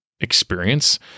experience